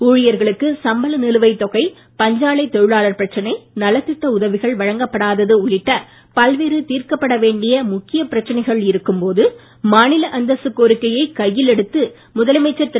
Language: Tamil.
ஊழியர்களுக்கு சம்பள நிலுவைத் தொகை பஞ்சாலை தொழிலாளர் பிரச்சனை நலத்திட்ட உதவிகள் வழங்கப்படாதது உள்ளிட்ட பல்வேறு தீர்க்கப்பட வேண்டிய முக்கிய பிரச்சனைகள் இருக்கும் போது மாநில அந்தஸ்து கோரிக்கையை கையில் எடுத்து முதலமைச்சர் திரு